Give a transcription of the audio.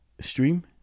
stream